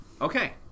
Okay